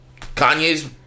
Kanye's